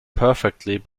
perfectly